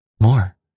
more